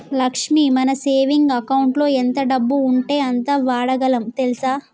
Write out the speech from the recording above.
లక్ష్మి మన సేవింగ్ అకౌంటులో ఎంత డబ్బు ఉంటే అంత వాడగలం తెల్సా